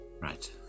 right